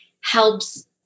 helps